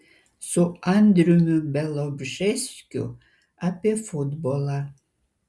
su andriumi bialobžeskiu apie futbolą